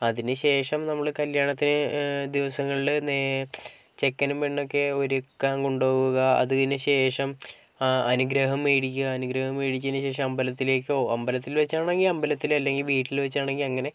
അതിനു ശേഷം നമ്മള് കല്യാണത്തിന് ദിവസങ്ങളില് നേ ചെക്കനും പെണ്ണൊക്കെ ഒരുക്കാന് കൊണ്ട് പോവുക അതിന് ശേഷം അനുഗ്രഹം മേടിക്കുക അനുഗ്രഹം മേടിച്ചതിനു ശേഷം അമ്പലത്തിലേക്കോ അമ്പലത്തില് വെച്ചാണെങ്കില് അമ്പലത്തില് അല്ലെങ്കില് വീട്ടില് വെച്ചാണെങ്കില് അങ്ങനെ